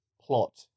plot